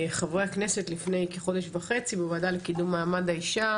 חברי הכנסת לפני כחודש וחצי בוועדה לקידום מעמד האישה,